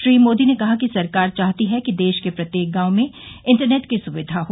श्री मोदी ने कहा कि सरकार चाहती है कि देश के प्रत्येक गांव में इंटरनेट की सुविधा हो